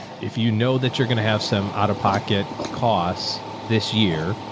if you know that you're going to have some out-of-pocket costs this year,